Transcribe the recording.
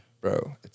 Bro